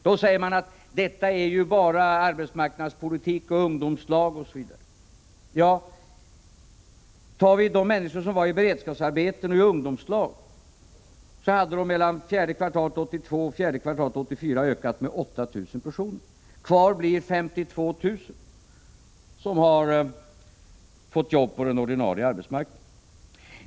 Då säger man att det bara handlar om arbetsmarknadspolitik, ungdomslag osv. Ja, räknar vi bort de människor som är i beredskapsarbete och i ungdomslag var ökningen mellan fjärde kvartalet 1982 och fjärde kvartalet 1984 8 000 personer. Kvar blir 52 000 som fått jobb på den ordinarie arbetsmarknaden.